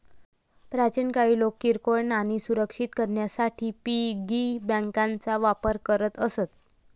प्राचीन काळी लोक किरकोळ नाणी सुरक्षित करण्यासाठी पिगी बँकांचा वापर करत असत